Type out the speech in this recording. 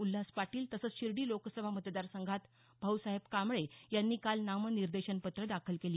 उल्हास पाटील तसंच शिर्डी लोकसभा मतदारसंघात भाऊसाहेब कांबळे यांनी काल नामनिर्देशनपत्र दाखल केली